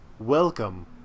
Welcome